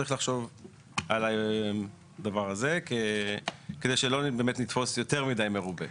צריך לחשוב על הדבר הזה כדי שלא באמת נתפוס יותר מידי מרובה.